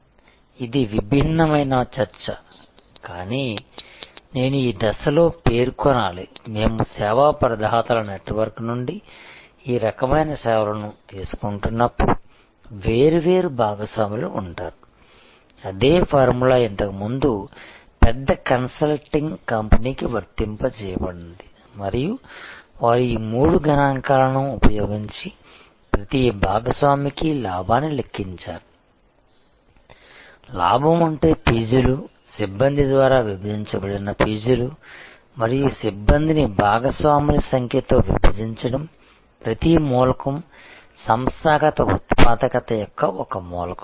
ఇది భిన్నమైన చర్చ కానీ నేను ఈ దశలో పేర్కొనాలి మేము సేవా ప్రదాతల నెట్వర్క్ నుండి ఈ రకమైన సేవలను తీసుకున్నప్పుడు వేర్వేరు భాగస్వాములు ఉంటారు అదే ఫార్ములా ఇంతకు ముందు పెద్ద కన్సల్టింగ్ కంపెనీకి వర్తింపజేయబడింది మరియు వారు ఈ మూడు గుణకాలను ఉపయోగించి ప్రతి భాగస్వామికి లాభాన్ని లెక్కించారు లాభం అంటే ఫీజులు సిబ్బంది ద్వారా భాగించబడిన ఫీజులు మరియు సిబ్బందిని భాగస్వాముల సంఖ్యతో భాగించడం ప్రతి మూలకం సంస్థాగత ఉత్పాదకత యొక్క ఒక మూలకం